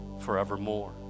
forevermore